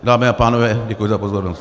Dámy a pánové, děkuji za pozornost.